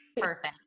Perfect